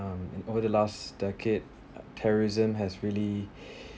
um over the last decade uh terrorism has really